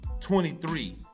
23